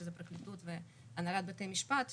שזה גם הפרקליטות והנהלת בתי המשפט,